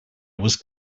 was